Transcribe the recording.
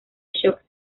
shock